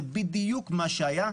זה בדיוק מה שהיה,